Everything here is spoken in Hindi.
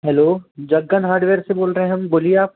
हेलो जग्गन हार्डवेयर से बोल रहे हम बोलिए आप